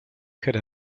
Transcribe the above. could